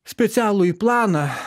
specialųjį planą